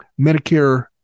Medicare